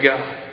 God